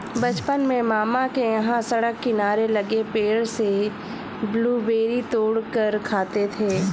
बचपन में मामा के यहां सड़क किनारे लगे पेड़ से ब्लूबेरी तोड़ कर खाते थे